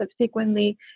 subsequently